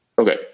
Okay